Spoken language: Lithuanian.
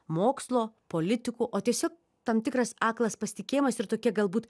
mokslo politikų o tiesiog tam tikras aklas pasitikėjimas ir tokia galbūt